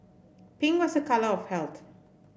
pink was a colour of health